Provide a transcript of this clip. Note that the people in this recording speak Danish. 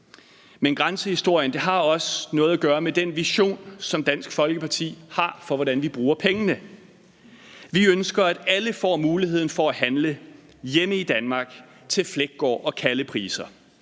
Men grænsehistorien har også noget at gøre med den vision, som Dansk Folkeparti har, for, hvordan vi bruger pengene. Vi ønsker, at alle får muligheden for at handle hjemme i Danmark til Fleggaard- og Callepriser.